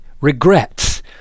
Regrets